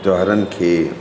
द्वारनि खे